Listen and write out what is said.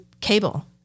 cable